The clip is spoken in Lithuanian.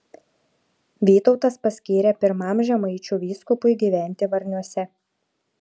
vytautas paskyrė pirmam žemaičių vyskupui gyventi varniuose